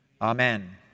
Amen